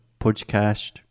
podcast